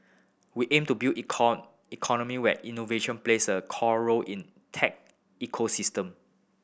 we aim to build economy where innovation plays a core role in tech ecosystem